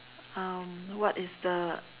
um what is the